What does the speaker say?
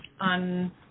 on